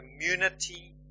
community